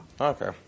Okay